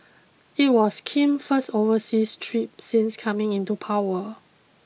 it was Kim's first overseas trip since coming into power